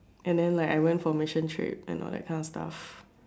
and then like I went for mission trip and all that kind of stuff